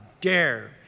dare